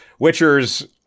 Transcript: witchers